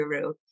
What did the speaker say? guru